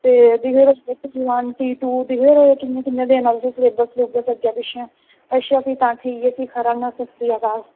ते दिक्खदे रवेओ कि किन्ना इंदा सलेब्स पिच्छें ते तां भी खरी नमस्कार सत श्री अकाल